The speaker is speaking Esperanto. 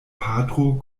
patro